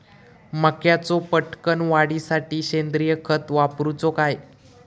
मक्याचो पटकन वाढीसाठी सेंद्रिय खत वापरूचो काय?